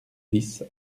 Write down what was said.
dix